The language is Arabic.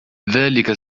ذلك